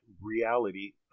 reality